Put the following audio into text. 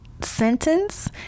sentence